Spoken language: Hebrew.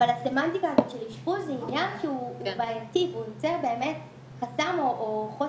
אבל הסמנטיקה הזו של אשפוז הוא עניין בעייתי והוא יוצר חסם או חוסר